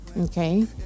okay